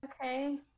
okay